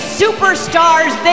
superstars